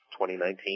2019